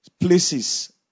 places